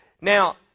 Now